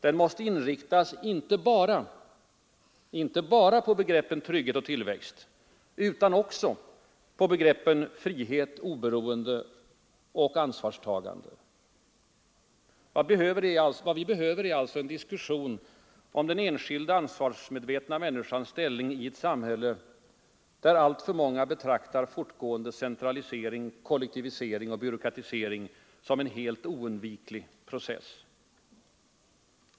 Den måste inriktas inte bara på begreppen trygghet och tillväxt utan också på begreppen frihet, oberoende och ansvarstagande. Vad vi behöver är alltså en diskussion om den enskilda ansvarsmedvetna människans ställning i ett samhälle där alltför många betraktar fortgående centralisering, kollektivisering och byråkratisering som en helt oundviklig process.